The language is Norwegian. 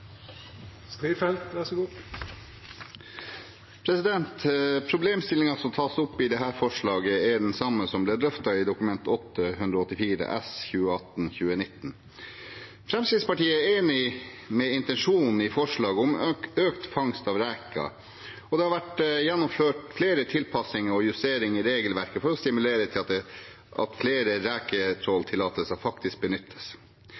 som tas opp i dette forslaget, er den samme som ble drøftet i Dokument 8:184 S for 2018–2019. Fremskrittspartiet er enig i intensjonen i forslaget om økt fangst av reker, og det har vært gjennomført flere tilpasninger og justeringer i regelverket for å stimulere til at flere reketråltillatelser faktisk benyttes.